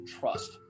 trust